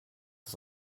das